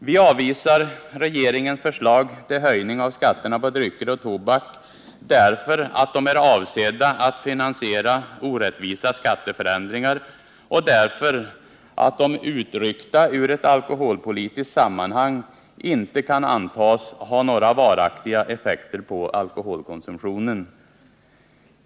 Vi avvisar regeringens förslag till höjning av skatterna på drycker och tobak därför att de är avsedda att finansiera orättvisa skatteförändringar och därför att de utryckta ur ett alkoholpolitiskt sammanhang inte kan antas ha några varaktiga effekter på alkoholkonsumtionen.